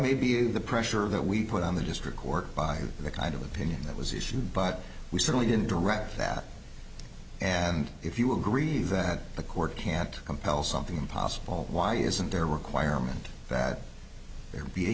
may be the pressure that we put on the district court by the kind of opinion that was issued but we certainly didn't direct that and if you agree that the court can't compel something impossible why isn't there a requirement that there be a